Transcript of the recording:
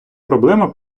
проблема